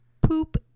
poop